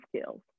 skills